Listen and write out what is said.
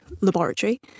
laboratory